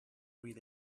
read